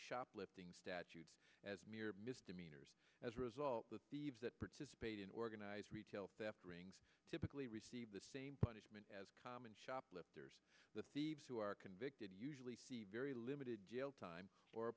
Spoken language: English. shoplifting statutes as mere misdemeanors as a result the thieves that participate in organized retail theft rings typically receive the same punishment as common shoplifters the thieves who are convicted usually very limited jail time or